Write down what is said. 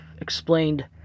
explained